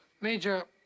Major